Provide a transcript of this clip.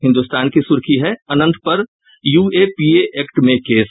हिन्दुस्तान की सुर्खी है अनंत पर यूएपीए एक्ट में केस